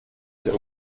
zur